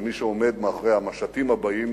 ומי שעומד מאחורי המשטים הבאים,